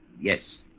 yes